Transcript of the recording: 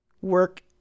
work